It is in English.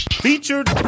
Featured